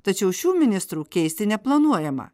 tačiau šių ministrų keisti neplanuojama